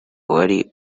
wari